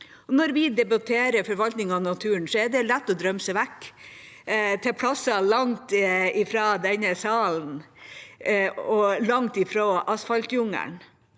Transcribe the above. Når vi debatterer forvaltning av naturen, er det lett å drømme seg vekk til plasser langt fra denne sal og langt fra asfaltjungelen.